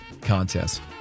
contest